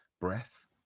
breath